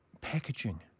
Packaging